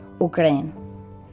Ukraine